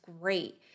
great